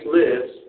lives